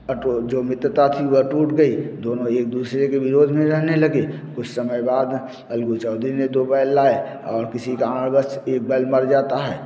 अटूट जो मित्रता थी वह टूट गई दोनों एक दूसरे के विरोध में रहने लगे कुछ समय बाद अलगु चौधरी ने दो बैल लाया और किसी कारण वश एक बैल मर जाता है